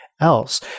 else